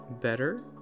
better